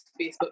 Facebook